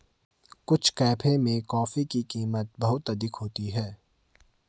कुछ कैफे में कॉफी की कीमत बहुत अधिक होती है